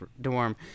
dorm